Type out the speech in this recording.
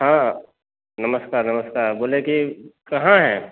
हँ नमस्कार नमस्कार बोले कि कहाँ हैं